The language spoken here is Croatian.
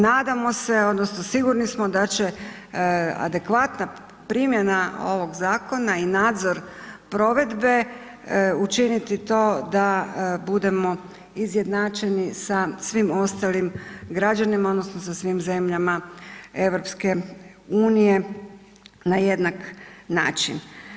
Nadamo se odnosno sigurni smo da će adekvatna primjena ovog zakona i nadzor provedbe učiniti to da budemo izjednačeni sa svim ostalim građanima odnosno sa svim zemljama EU na jednak način.